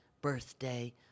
birthday